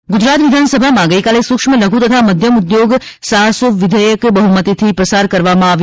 ઇ વિઘેયક ગુજરાત વિધાનસભામાં ગઇકાલે સુક્ષ્મ લઘુ તથા મધ્યમ ઉદ્યોગ સાહસો વિઘેયક બફમતીથી પસાર કરવામાં આવ્યું